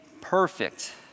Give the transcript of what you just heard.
perfect